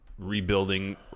Rebuilding